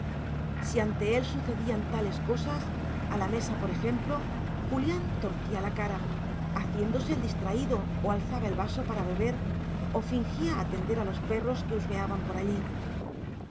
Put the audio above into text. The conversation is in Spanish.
si ante él sucedían tales cosas a la mesa por ejemplo julián torcía la cara haciéndose el distraído o alzaba el vaso para beber o fingía atender a los perros que husmeaban por allí